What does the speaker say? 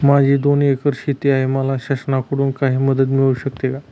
माझी दोन एकर शेती आहे, मला शासनाकडून काही मदत मिळू शकते का?